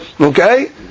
Okay